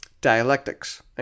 Dialectics